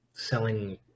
selling